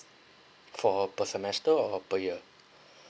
for uh per semester or uh per year